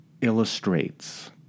illustrates